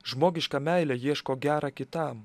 žmogiška meilė ieško gera kitam